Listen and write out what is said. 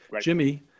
Jimmy